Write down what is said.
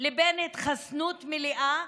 לבין התחסנות מלאה,